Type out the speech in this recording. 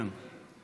נכון.